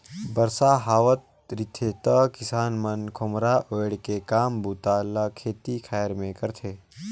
बरसा हावत रिथे त किसान मन खोम्हरा ओएढ़ के काम बूता ल खेती खाएर मे करथे